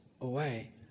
away